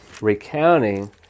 recounting